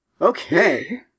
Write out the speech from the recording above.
Okay